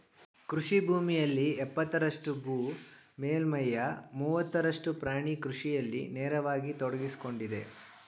ಕೃಷಿ ಭೂಮಿಯಲ್ಲಿ ಎಪ್ಪತ್ತರಷ್ಟು ಭೂ ಮೇಲ್ಮೈಯ ಮೂವತ್ತರಷ್ಟು ಪ್ರಾಣಿ ಕೃಷಿಯಲ್ಲಿ ನೇರವಾಗಿ ತೊಡಗ್ಸಿಕೊಂಡಿದೆ